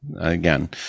Again